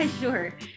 Sure